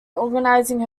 organizing